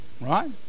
right